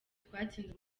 twatsinze